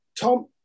Tom